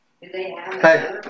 Hey